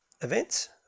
events